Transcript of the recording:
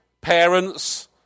Parents